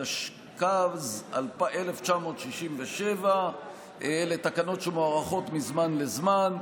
התשכ"ז 1967. אלה תקנות שמוארכות מזמן לזמן.